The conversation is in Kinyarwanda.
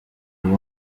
you